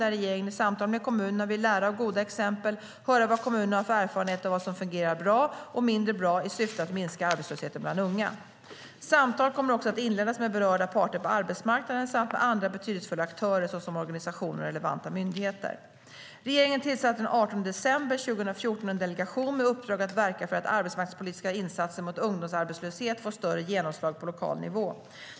Regeringen vill i samtal med kommunerna lära av goda exempel och höra vad kommunerna har för erfarenheter av vad som fungerar bra och mindre bra i syfte att minska arbetslösheten bland unga. Regeringen tillsatte den 18 december 2014 en delegation med uppdrag att verka för att arbetsmarknadspolitiska insatser mot ungdomsarbetslöshet får större genomslag på lokal nivå.